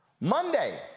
Monday